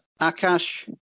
Akash